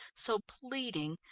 so pleading,